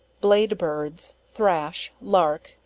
blade birds, thrash, lark,